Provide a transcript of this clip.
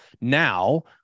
now